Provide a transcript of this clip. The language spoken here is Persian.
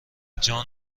جان